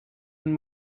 and